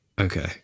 Okay